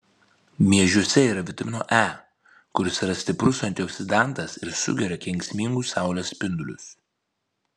miežiuose yra vitamino e kuris yra stiprus antioksidantas ir sugeria kenksmingus saulės spindulius